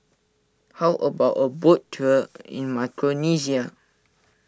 how about a boat tour in Micronesia